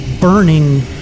burning